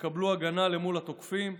יקבלו הגנה למול התוקפים.